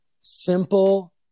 simple